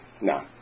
No